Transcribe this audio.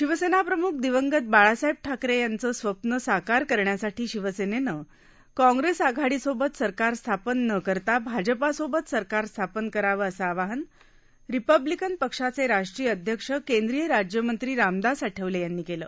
शिवसेनाप्रमुख दिवंगत बाळासाहेब ठाकरे यांचं स्वप्न साकार करण्यासाठी शिवसेनेनं काँग्रेस आघाडीसोबत सरकार स्थापन न करता भाजपसोबत सरकार स्थापन करावं असं आवाहन रिपब्लिकन पक्षाचे राष्ट्रीय अध्यक्ष केंद्रीय राज्यमंत्री रामदास आठवले यांनी केलं